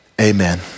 amen